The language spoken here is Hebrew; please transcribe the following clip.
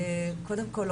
קודם כל,